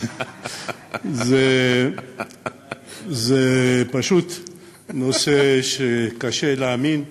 זה פשוט נושא שקשה להאמין,